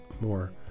more